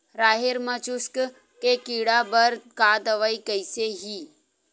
राहेर म चुस्क के कीड़ा बर का दवाई कइसे ही?